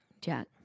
Jack